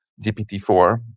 GPT-4